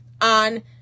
on